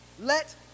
Let